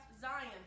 Zion